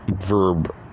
Verb